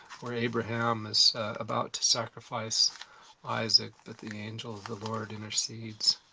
where abraham is about to sacrifice isaac, but the angel of the lord intercedes.